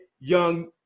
young